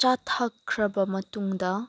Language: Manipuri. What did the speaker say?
ꯆꯥ ꯊꯛꯈ꯭ꯔꯕ ꯃꯇꯨꯡꯗ